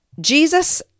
Jesus